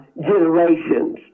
generations